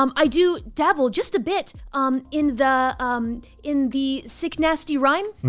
um i do dabble just a bit um in the um in the sick nasty rhyme.